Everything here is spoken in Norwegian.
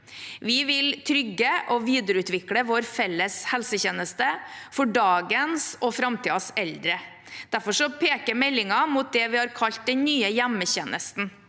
Vi vil trygge og videreutvikle vår felles helsetjeneste for dagens og framtidens eldre. Derfor peker meldingen mot det vi har kalt «den nye hjemmetjenesten».